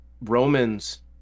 romans